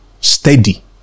Steady